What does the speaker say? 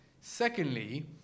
Secondly